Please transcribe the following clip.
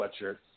sweatshirt